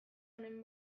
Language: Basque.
honen